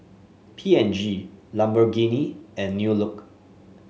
P and G Lamborghini and New Look